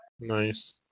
Nice